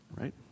Right